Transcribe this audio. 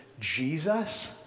Jesus